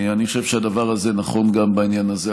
אני חושב שהדבר הזה נכון גם בעניין הזה.